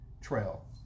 trail